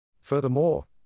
Furthermore